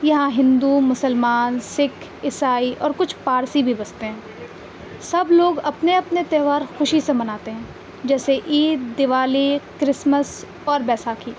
یہاں ہندو مسلمان سکھ عیسائی اور کچھ پارسی بھی بستے ہیں سب لوگ اپنے اپنے تہوار خوشی سے مناتے ہیں جیسے عید دیوالی کرسمس اور بیساکھی